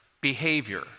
behavior